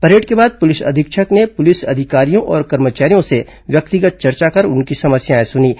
parade के बाद police अधीक्षक ने पुलिस अधिकारियों और कर्मचारियों से व्यक्तिगत चर्चा कर उनकी समस्याएं सुनीं